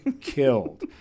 killed